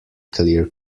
clear